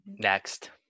next